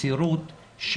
מסירות,